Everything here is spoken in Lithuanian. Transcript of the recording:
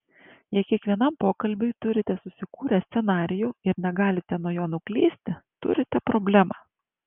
jei kiekvienam pokalbiui turite susikūrę scenarijų ir negalite nuo jo nuklysti turite problemą